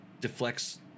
deflects